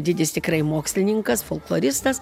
didis tikrai mokslininkas folkloristas